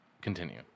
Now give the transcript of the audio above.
continue